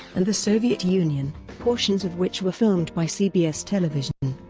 and the soviet union, portions of which were filmed by cbs television.